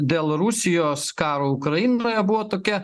dėl rusijos karo ukrainoje buvo tokia